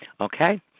okay